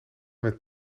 met